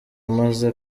amaze